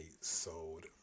sold